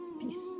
peace